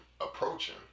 approaching